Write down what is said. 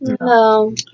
No